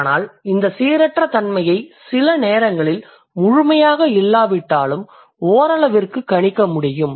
ஆனால் இந்த சீரற்ற தன்மையை சில நேரங்களில் முழுமையாக இல்லாவிட்டாலும் ஓரளவிற்கு கணிக்க முடியும்